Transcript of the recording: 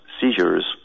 seizures